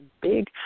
big